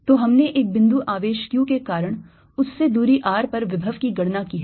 तो हमने एक बिन्दु आवेश q के कारण उससे दूरी r पर विभव की गणना की है